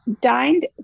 dined